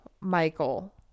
Michael